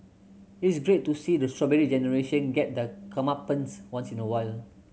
it is great to see the Strawberry Generation get their comeuppance once in a while